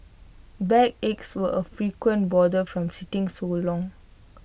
backaches were A frequent bother from sitting so long